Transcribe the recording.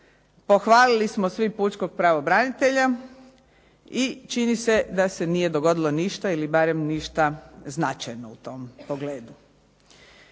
Pohvalili smo svi pučkog pravobranitelja i čini se da se nije dogodilo ništa ili barem ništa značajno u tom pogledu.